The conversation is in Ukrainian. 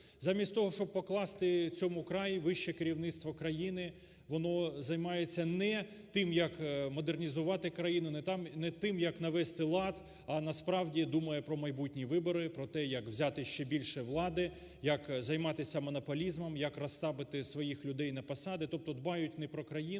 Замість того, щоб покласти цьому край, вище керівництво країни, воно займається не тим, як модернізувати країну, не тим, як навести лад, а насправді думає про майбутні вибори, про те, як взяти ще більше влади, як займатись монополізмом, як розставити своїх людей на посади. Тобто дбають не про країну,